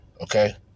Okay